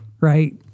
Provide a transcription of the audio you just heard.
right